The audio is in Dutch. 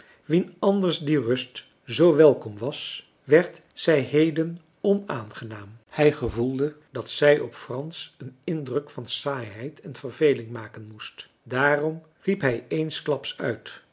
wien anders die rust zoo welkom was werd zij heden onaangenaam hij gevoelde dat zij op frans een indruk van saaiheid en verveling maken moest daarom riep hij eensklaps uit